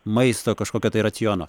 maisto kažkokio tai raciono